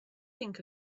think